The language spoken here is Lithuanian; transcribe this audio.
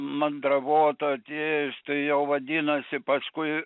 mandravota atėjus tai jau vadinasi paskui